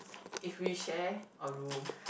if we share a room